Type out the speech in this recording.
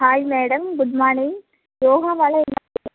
hi madam good morning யோகாவால் என்ன பயன்